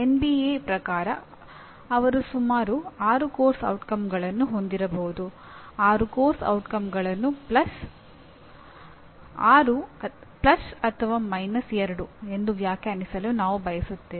ವಿಶಾಲವಾದ ಅರ್ಥದಲ್ಲಿ ಶಿಕ್ಷಣವು ಯಾವುದೇ ರೀತಿಯ ಅನುಭವ ಅಥವಾ ವ್ಯಕ್ತಿಯು ಮಾಡುವ ಯಾವುದೇ ಚಟುವಟಿಕೆಯನ್ನು ಸೂಚಿಸುತ್ತದೆ ಹಾಗೂ ಅದು ಆ ವ್ಯಕ್ತಿಯ ಆಲೋಚನೆ ಪಾತ್ರ ಅಥವಾ ದೈಹಿಕ ಸಾಮರ್ಥ್ಯದ ಮೇಲೆ ಪರಿಣಾಮ ಬೀರುತ್ತದೆ